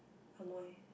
amoy